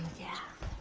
yeah!